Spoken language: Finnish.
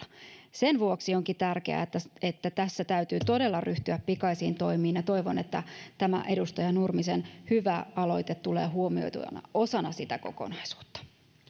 sen vuoksi onkin tärkeää että tässä todella ryhdytään pikaisiin toimiin ja toivon että tämä edustaja nurmisen hyvä aloite tulee huomioitua osana osana sitä kokonaisuutta